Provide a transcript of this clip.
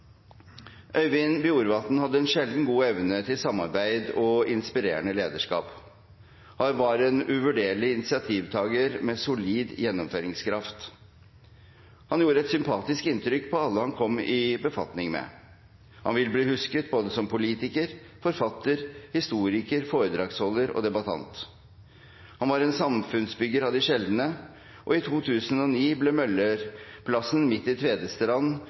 Øyvind Bjorvatn hadde en sjelden god evne til samarbeid og inspirerende lederskap. Han var en uvurderlig initiativtaker med solid gjennomføringskraft. Han gjorde et sympatisk inntrykk på alle han kom i befatning med. Han vil bli husket både som politiker, forfatter, historiker, foredragsholder og debattant. Han var en samfunnsbygger av de sjeldne, og i 2009 ble Mølledammen midt i Tvedestrand